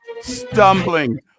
stumbling